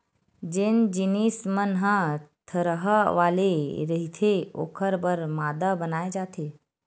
जेन जिनिस मन ह थरहा वाले रहिथे ओखर बर मांदा बनाए जाथे